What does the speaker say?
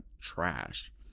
trash